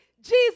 jesus